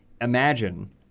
imagine